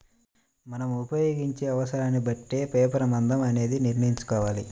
మనం ఉపయోగించే అవసరాన్ని బట్టే పేపర్ మందం అనేది నిర్ణయించుకోవాలి